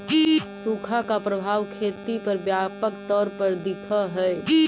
सुखा का प्रभाव खेती पर व्यापक तौर पर दिखअ हई